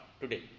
today